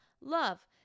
love